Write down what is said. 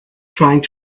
trying